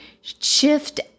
Shift